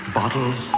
bottles